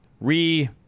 re